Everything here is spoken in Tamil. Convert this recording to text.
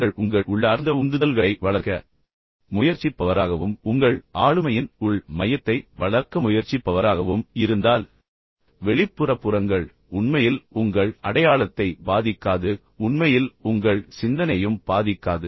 நீங்கள் உங்கள் உள்ளார்ந்த உந்துதல்களை வளர்க்க முயற்சிப்பவராகவும் உங்கள் ஆளுமையின் உள் மையத்தை வளர்க்க முயற்சிப்பவராகவும் இருந்தால் வெளிப்புற புறங்கள் உண்மையில் உங்கள் அடையாளத்தை பாதிக்காது உண்மையில் உங்கள் சிந்தனையையும் பாதிக்காது